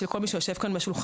של כל מי שיושב כאן בשולחן,